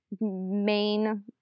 main